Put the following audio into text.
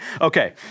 Okay